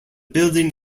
building